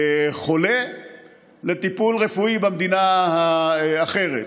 חולה לטיפול רפואי במדינה אחרת.